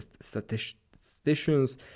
statisticians